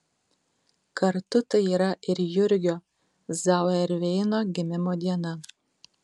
kartu tai yra ir jurgio zauerveino gimimo diena